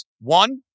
One